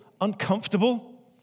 uncomfortable